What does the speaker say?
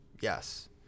Yes